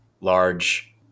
large